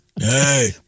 Hey